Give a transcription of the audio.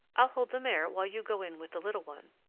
i'll hold the mare while you go in with the little one.